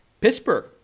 Pittsburgh